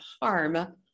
harm